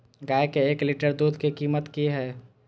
गाय के एक लीटर दूध के कीमत की हय?